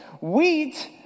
Wheat